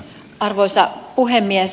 arvoisa puhemies